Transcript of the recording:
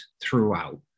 throughout